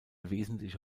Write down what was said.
wesentliche